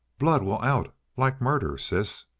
blood will out, like murder, sis.